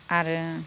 आरो